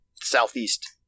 southeast